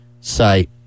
site